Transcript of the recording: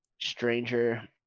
Stranger